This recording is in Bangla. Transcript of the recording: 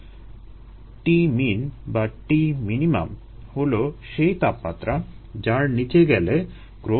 Tmin বা T minimum হলো সেই তাপমাত্রা যার নিচে গেলে গ্রোথ সম্ভব নয়